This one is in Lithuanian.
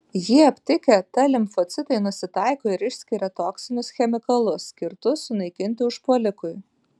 jį aptikę t limfocitai nusitaiko ir išskiria toksinius chemikalus skirtus sunaikinti užpuolikui